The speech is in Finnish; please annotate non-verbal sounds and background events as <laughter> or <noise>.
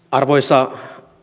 <unintelligible> arvoisa